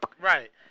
right